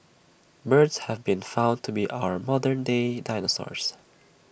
birds have been found to be our modern day dinosaurs